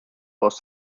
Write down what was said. was